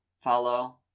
follow